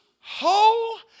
whole